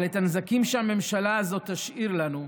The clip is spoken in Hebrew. אבל את הנזקים שהממשלה הזאת תשאיר לנו,